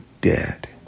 dead